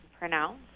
Pronounce